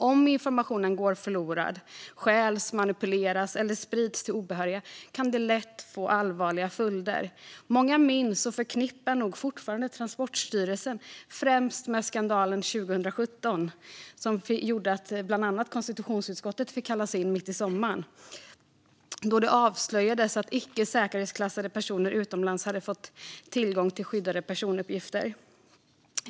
Om informationen går förlorad, stjäls, manipuleras eller sprids till obehöriga kan det lätt få allvarliga följder. Många minns och förknippar nog fortfarande Transportsstyrelsen främst med skandalen 2017 - som bland annat gjorde att konstitutionsutskottet fick kallas in mitt i sommaren - då det avslöjades att icke säkerhetsklassade personer utomlands hade fått tillgång till skyddade personuppgifter.